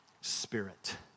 Spirit